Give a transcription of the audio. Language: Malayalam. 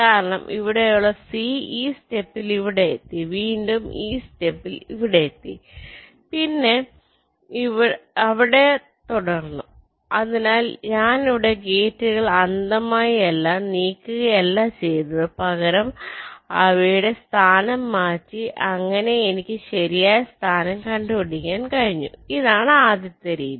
കാരണം ഇവിടെയുള്ള c ഈ സ്റ്റെപ്പിൽ ഇവിടെ എത്തി വീണ്ടും ഈ സ്റ്റെപ്പിൽ ഇവിടെ എത്തി പിന്നെ അവിടെ തുടർന്നു അതിനാൽ ഞാനിവിടെ ഗേറ്റുകൾ അന്ധമായി ആയി നീക്കുക അല്ല ചെയ്തത് പകരം അവയുടെ സ്ഥാനം മാറ്റി അങ്ങനെ എനിക്ക് ശരിയായ സ്ഥാനം കണ്ടുപിടിക്കാൻ കഴിഞ്ഞു ഇതാണ് ആദ്യത്തെ രീതി